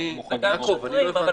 הם מוחרגים.